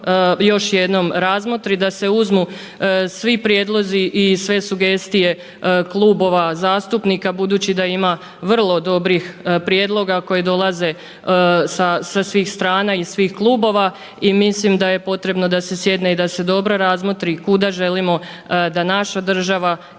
još jednom razmotri da se uzmu svi prijedlozi i sve sugestije klubova zastupnika budući da ima vrlo dobrih prijedloga koji dolaze sa svih strana iz svih klubova i mislim da je potrebno da se sjedne i da se dobro razmotri kuda želimo da naša država i